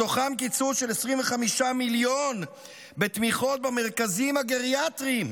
מתוכם קיצוץ של 25 מיליון בתמיכות במרכזים הגריאטריים,